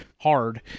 Hard